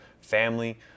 Family